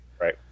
Right